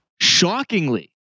shockingly